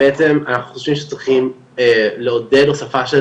בעצם אנחנו חושבים שצריכים לעודד הוספה של